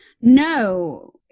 No